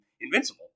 Invincible